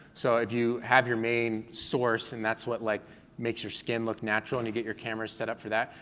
so if you have your main source and that's what like makes your skin look natural, and you get your camera set up for that,